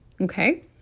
okay